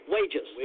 Wages